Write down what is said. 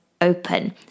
open